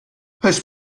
post